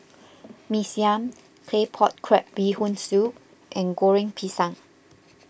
Mee Siam Claypot Crab Bee Hoon Soup and Goreng Pisang